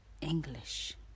English